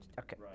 okay